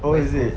oh is it